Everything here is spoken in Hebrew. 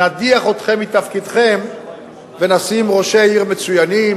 נדיח אתכם מתפקידכם ונשים ראשי עיר מצוינים,